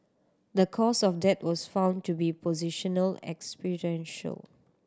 the cause of death was found to be positional